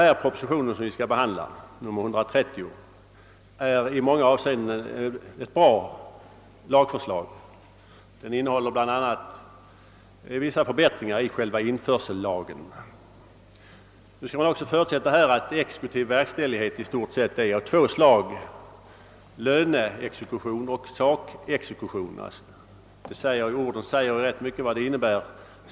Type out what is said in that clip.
Den proposition det här gäller, nämligen nr 130, innehåller i många avseenden ett bra lagförslag. Den innebär bl.a. vissa förbättringar i själva införsellagen. Exekutiv verkställighet är i stort sett av två slag: löneexekution och sakexekution. Orden säger rätt mycket vad dessa begrepp betyder.